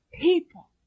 people